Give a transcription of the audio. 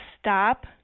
stop